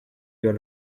you